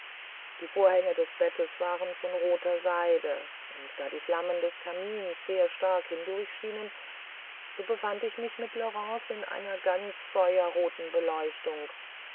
die vorhänge des bettes waren von roter seide und da die flammen des kamines sehr stark hindurchschienen so befand ich mich mit laurence in einer ganz feuerroten beleuchtung